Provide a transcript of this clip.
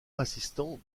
assistant